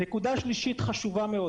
נקודה שלישית חשובה מאוד.